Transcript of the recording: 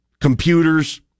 computers